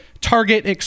Target